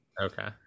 okay